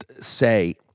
say